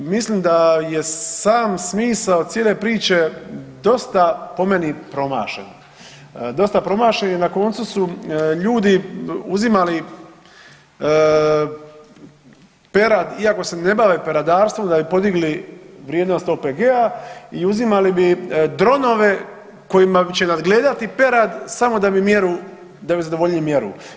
Mislim da je sam smisao cijele priče dosta po meni promašen, dosta promašen i na koncu su ljudi uzimali perad iako se ne bave peradarstvom da bi podigli vrijednost OPG-a i uzimali bi dronove kojima će nadgledati perad samo da bi zadovoljili mjeru.